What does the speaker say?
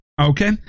Okay